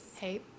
hey